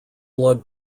blood